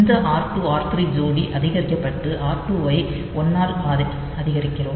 இந்த r 2 r 3 ஜோடி அதிகரிக்கப்பட்டு r2 ஐ 1 ஆல் அதிகரிக்கிறோம்